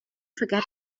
forget